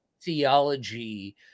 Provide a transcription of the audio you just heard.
theology